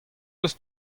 eus